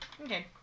Okay